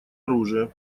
оружия